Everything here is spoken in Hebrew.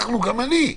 אנחנו, גם אני.